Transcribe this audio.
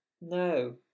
no